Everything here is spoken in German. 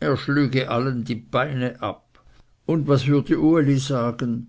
er schlüge allen die beine ab und was würde uli sagen